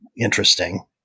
interesting